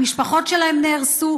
המשפחות שלהם נהרסו,